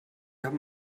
haben